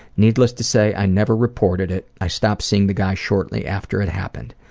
needless to say, i never reported it, i stopped seeing the guy shortly after it happened.